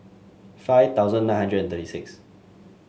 five thousand nine hundred thirty six